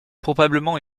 probablement